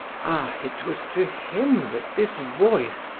ah! it was to him that this voice,